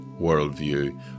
worldview